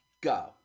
go